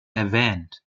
erwähnt